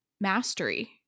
mastery